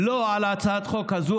הצעת חוק הזו,